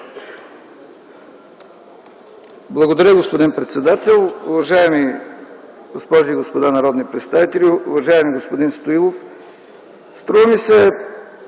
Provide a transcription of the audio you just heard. Благодаря, господин председател. Уважаеми госпожи и господа народни представители, уважаеми господин Стоилов! Първо, струва